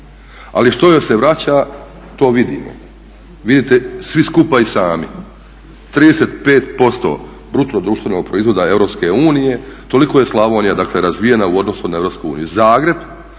Ali što joj se vraća to vidimo. Vidite svi skupa i sami. 35% BDP Europske unije, toliko je Slavonija dakle razvijena u odnosu na Europsku